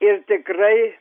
ir tikrai